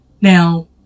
Now